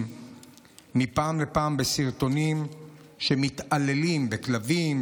מפעם לפעם בסרטונים שבהם מתעללים בכלבים,